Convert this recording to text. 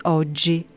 oggi